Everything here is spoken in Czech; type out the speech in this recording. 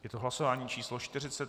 Je to hlasování číslo 40.